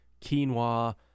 quinoa